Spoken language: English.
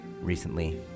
recently